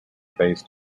based